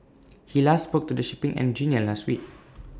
he last spoke to the shipping engineer last week